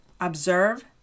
observe